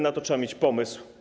Na to trzeba mieć pomysł.